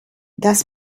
das